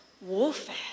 warfare